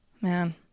Man